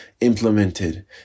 implemented